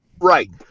Right